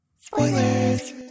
Spoilers